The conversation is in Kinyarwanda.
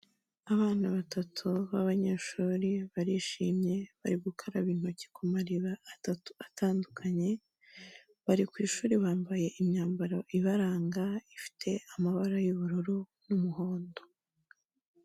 Abana batatu b'abanyeshuri barishimye bari gukaraba intoki ku mariba atatu atandukanye, bari ku ishuri bambaye imyambaro ibaranga ifite amabara y'ubururu n'umuhondo.